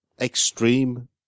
extreme